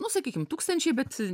nu sakykim tūkstančiai bet